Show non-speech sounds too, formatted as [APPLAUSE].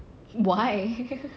why [LAUGHS]